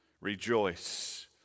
Rejoice